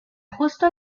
justo